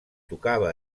tocava